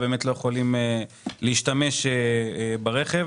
לא יכולים להשתמש ברכב.